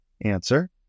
Answer